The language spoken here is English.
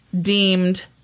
deemed